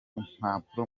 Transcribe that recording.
impapuro